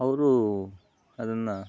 ಅವರು ಅದನ್ನು